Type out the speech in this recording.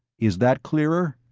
is that clearer?